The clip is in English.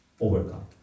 overcome